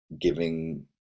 giving